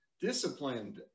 disciplined